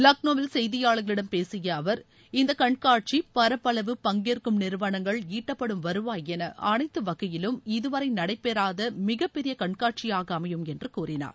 லக்னோவில் செய்தியாளர்களிடம் பேசிய அவர் இந்த கண்காட்சி பரப்பளவு பங்கேற்கும் நிறுவனங்கள் ஈட்டப்படும் வருவாய் என அனைத்து வகையிலும் இதுவரை நடைபெறாத மிகப் பெரிய கண்காட்சியாக அமையும் என்று கூறினார்